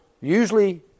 usually